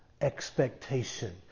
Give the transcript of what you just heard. Expectation